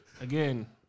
again